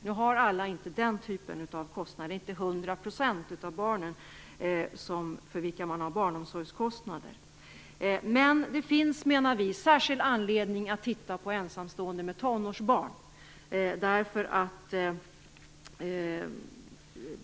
Nu har alla inte den typen av kostnader; det är inte 100 % av barnen för vilka man har barnomsorgskostnader. Men vi menar att det finns särskild anledning att titta på ensamstående med tonårsbarn.